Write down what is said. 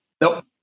Nope